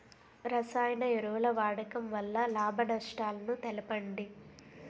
రసాయన ఎరువుల వాడకం వల్ల లాభ నష్టాలను తెలపండి?